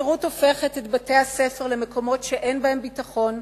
ההפקרות הופכת את בתי-הספר למקומות שאין בהם ביטחון,